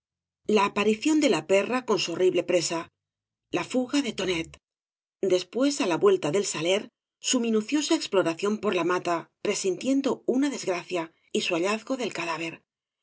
la aparición de la perra con su horrible presa la fuga de tonel después á la vuelta del saler su minuciosa exploración por la mata presintiendo una desgracia y su hallazgo del